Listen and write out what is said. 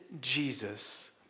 Jesus